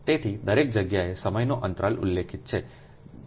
તેથી દરેક જગ્યાએ સમયનો અંતરાલ ઉલ્લેખિત છે છે